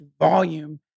volume